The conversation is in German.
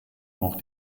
auch